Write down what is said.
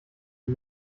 wie